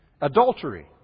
adultery